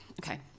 Okay